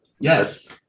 Yes